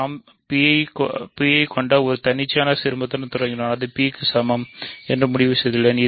நாம் P ஐக் கொண்ட ஒரு தன்னிச்சையான சீர்மத்துடன் தொடங்கியுள்ளோம் அது P க்கு சமம் என்று முடிவு செய்துள்ளேன்